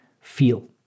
feel